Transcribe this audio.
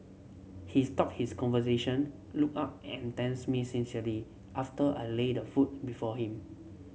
he stopped his conversation looked up and thanks me sincerely after I laid the food before him